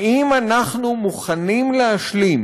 האם אנחנו מוכנים להשלים